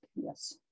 yes